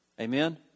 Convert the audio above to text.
Amen